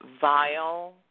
vile